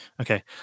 Okay